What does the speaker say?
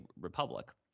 republic